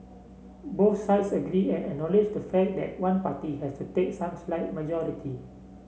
both sides agree and acknowledge the fact that one party has to take some slight majority